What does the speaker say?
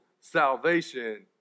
salvation